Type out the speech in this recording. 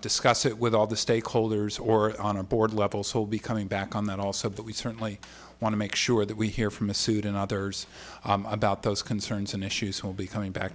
discuss it with all the stakeholders or on a board level so becoming back on that also but we certainly want to make sure that we hear from a suit and others about those concerns and issues will be coming back